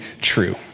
true